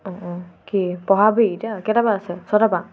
অঁ কি পঢ়াবি এতিয়া কেইটা পা আছে ছটা পা